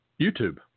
YouTube